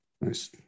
Nice